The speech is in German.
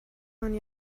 man